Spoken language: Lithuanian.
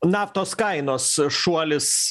naftos kainos šuolis